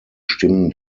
stimmen